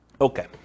Okay